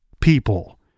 people